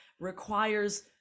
requires